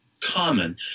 common